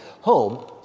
home